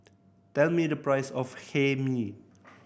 tell me the price of Hae Mee